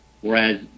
whereas